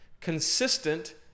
consistent